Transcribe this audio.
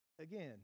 Again